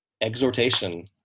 exhortation